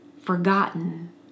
forgotten